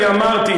אני אמרתי,